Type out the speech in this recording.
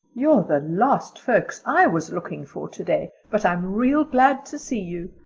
you're the last folks i was looking for today, but i'm real glad to see you.